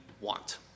want